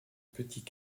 petits